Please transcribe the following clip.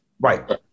Right